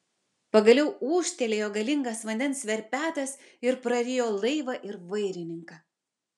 pagaliau ūžtelėjo galingas vandens verpetas ir prarijo laivą ir vairininką